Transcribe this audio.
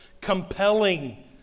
compelling